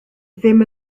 ddim